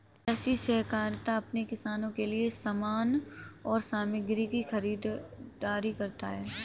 कृषि सहकारिता अपने किसानों के लिए समान और सामग्री की खरीदारी करता है